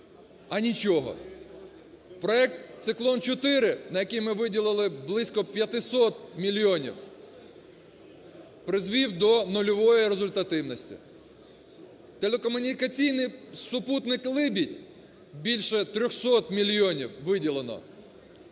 А нічого. Проект "Циклон-4", на який ми виділили близько 500 мільйонів, призвів до нульової результативності; телекомунікаційний супутник "Либідь" – більше 300 мільйонів виділено,